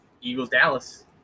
Eagles-Dallas